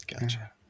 Gotcha